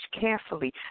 carefully